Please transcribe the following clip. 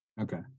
okay